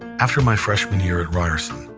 after my freshman year at ryerson,